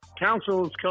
Council's